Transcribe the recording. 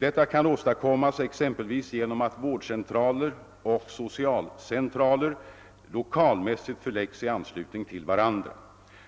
Detta kan åstadkommas exempelvis genom att vårdcentraler och socialcentraler lokalmässigt förläggs i anslutning till varandra.